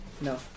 No